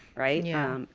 right? yeah.